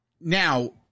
now